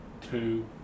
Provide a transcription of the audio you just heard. two